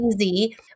easy